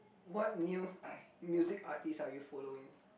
what new music artist are you following